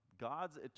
God's